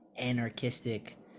anarchistic